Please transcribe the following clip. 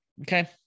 okay